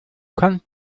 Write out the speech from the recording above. kannst